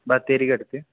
ബത്തേരിക്ക് അടുത്ത്